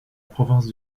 province